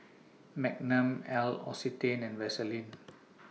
Magnum L'Occitane and Vaseline